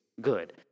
good